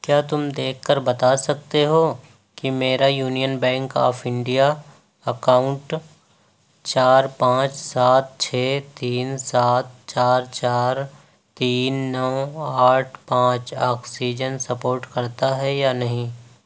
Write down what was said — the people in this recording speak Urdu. کیا تم دیکھ کر بتا سکتے ہو کہ میرا Union Bank of India account چار پانچ سات چھ تین سات چار چار تین نو آٹھ پانچ آکسیجن سپورٹ کرتا ہے یا نہیں